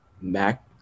mac